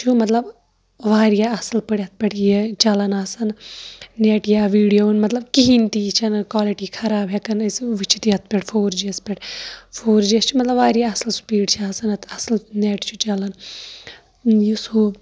چھُ مطلب واریاہ اَصٕل پٲٹھۍ یَتھ پٮ۪ٹھ یہِ چلان آسن نیٹ یا ویٖڈیو مطلب کِہینۍ تہِ یہِ چھےٚ نہٕ کالٹی خراب ہیٚکان أسۍ وُچھِتھ یَتھ پٮ۪ٹھ فور جیَس پٮ۪ٹھ فور جِیس چھِ مطلب واریاہ اَصٕل سِپیٖڈ چھےٚ آسان اَصٕل نیٹ چھُ چلان یُس ہُہ